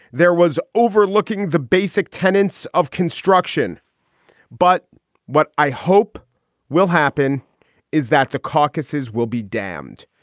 there was overlooking the basic tenants of construction but what i hope will happen is that the caucuses will be damned.